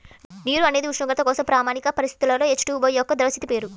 నీరు అనేది ఉష్ణోగ్రత కోసం ప్రామాణిక పరిస్థితులలో హెచ్.టు.ఓ యొక్క ద్రవ స్థితి పేరు